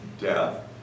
death